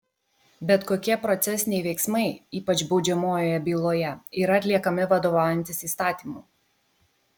bet kokie procesiniai veiksmai ypač baudžiamojoje byloje yra atliekami vadovaujantis įstatymu